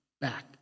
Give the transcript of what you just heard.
back